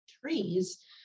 trees